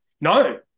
No